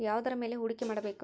ಯಾವುದರ ಮೇಲೆ ಹೂಡಿಕೆ ಮಾಡಬೇಕು?